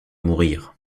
mourir